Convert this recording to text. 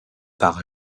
par